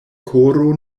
koro